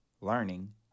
learning